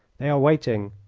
they are waiting.